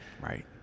Right